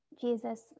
Jesus